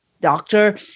doctor